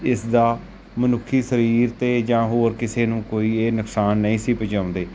ਇਸ ਦਾ ਮਨੁੱਖੀ ਸਰੀਰ 'ਤੇ ਜਾਂ ਹੋਰ ਕਿਸੇ ਨੂੰ ਕੋਈ ਇਹ ਨੁਕਸਾਨ ਨਹੀਂ ਸੀ ਪਹੁਚਾਉਂਦੇ